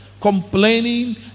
complaining